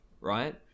right